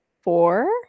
four